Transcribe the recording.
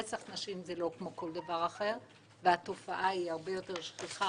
רצח נשים זה לא כמו כל דבר אחר והתופעה היא הרבה יותר שכיחה